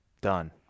Done